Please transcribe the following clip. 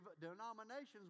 denominations